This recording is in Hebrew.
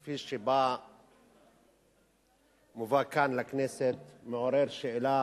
כפי שמובאת כאן לכנסת, מעוררת שאלה